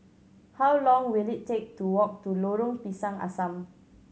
how long will it take to walk to Lorong Pisang Asam